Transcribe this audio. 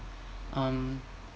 um